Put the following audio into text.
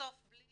בסוף בלי